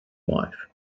wife